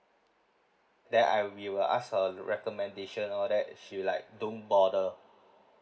then I'll we will ask her recommendation all that she's like don't bother